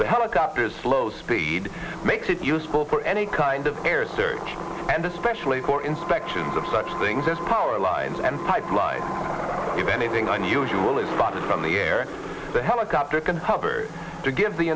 the helicopter's slow speed makes it useful for any kind of air search and especially for inspections of such things as power lines and pipeline if anything unusual is not from the air the helicopter can hover to give the